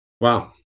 Wow